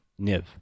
Niv